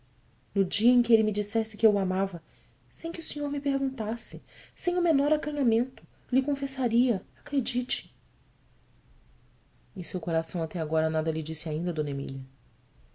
no dia em que ele me dissesse que eu o amava sem que o senhor me perguntasse sem o menor acanhamento lhe confessaria credite seu coração até agora nada lhe disse ainda d emília